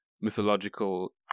mythological